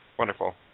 Wonderful